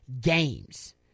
games